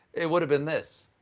it would have been this